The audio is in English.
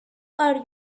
are